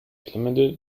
klemmende